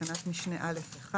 בתקנת משנה (א)(1),